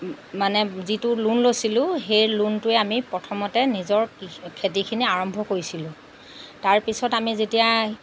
মানে যিটো লোন লৈছিলোঁ সেই লোনটোৱে আমি প্ৰথমতে নিজৰ কি খেতিখিনি আৰম্ভ কৰিছিলোঁ তাৰ পিছত আমি যেতিয়া